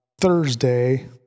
Thursday